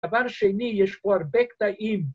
‫דבר שני, יש פה הרבה קטעים.